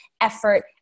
effort